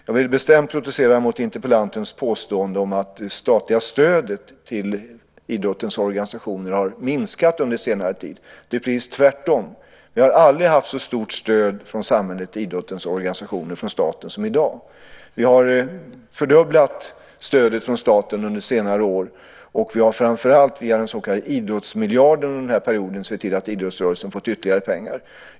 Jag vill bestämt protestera mot interpellantens påstående att det statliga stödet till idrottens organisationer har minskat under senare år. Det är precis tvärtom. Vi har aldrig haft så stort stöd från samhället till idrottens organisationer från staten som i dag. Vi har fördubblat stödet från staten under senare år, och vi har framför allt via den så kallade idrottsmiljarden under den här perioden sett till att idrottsrörelsen fått ytterligare pengar.